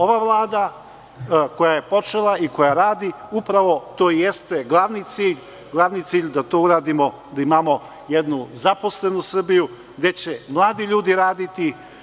Ova Vlada koja je počela i koja radi upravo to i jeste glavni cilj, da to uradimo, da imamo jednu zaposlenu Srbiju, gde će mladi ljudi raditi.